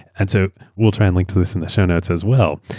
and so we'll try and link to this in the show notes as well.